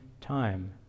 time